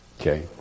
Okay